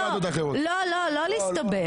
לא להסתבך.